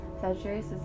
Sagittarius